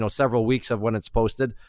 so several weeks of when it's posted,